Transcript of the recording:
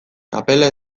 kapela